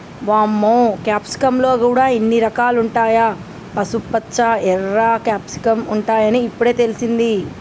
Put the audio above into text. వామ్మో క్యాప్సికమ్ ల గూడా ఇన్ని రకాలుంటాయా, పసుపుపచ్చ, ఎర్ర క్యాప్సికమ్ ఉంటాయని ఇప్పుడే తెలిసింది